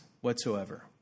whatsoever